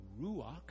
ruach